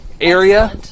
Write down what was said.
area